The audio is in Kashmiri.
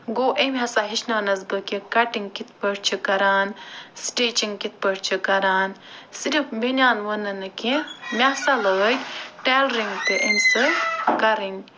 گوٚو أمۍ ہَسا ہیٚچھنٲونس بہٕ کہِ کَٹِنٛگ کِتھٕ پٲٹھۍ چھِ کَران سِٹِچنٛگ کِتھٕ پٲٹھۍ چھِ کَران صِرف بیٚنان وُنُن نہٕ کیٚنٛہہ مےٚ ہسا لٲگۍ ٹیلرنٛگ تہِ اَمہِ سۭتۍ کَرٕنۍ